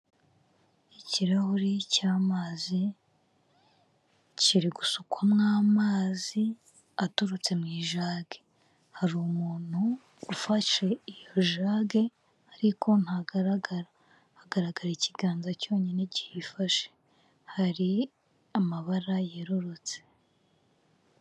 Ikirahure cy'amazi kiri gusukwamwo amazi aturutse mu ijage, hari umuntu ufashe iyo jage ariko ntagaragara hagaragara ikiganza cyonyine cyiyifashe, hari amabara yerurutse.